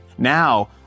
Now